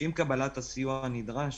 שעם קבלת הסיוע הנדרש,